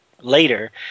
Later